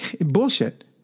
bullshit